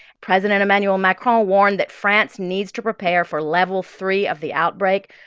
president emmanuel macron warned that france needs to prepare for level three of the outbreak.